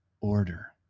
order